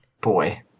Boy